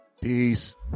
Peace